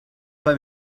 pas